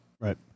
Right